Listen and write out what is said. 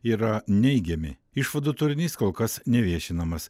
yra neigiami išvadų turinys kol kas neviešinamas